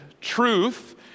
Truth